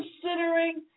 considering